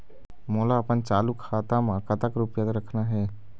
मोला अपन चालू खाता म कतक रूपया रखना हे?